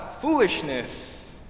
foolishness